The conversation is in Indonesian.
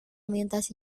melintasi